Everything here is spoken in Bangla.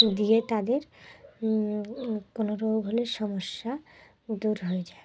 দিয়ে তাদের কোনো রোগ হলে সমস্যা দূর হয়ে যায়